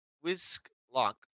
Whisk-lock